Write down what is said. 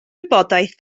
wybodaeth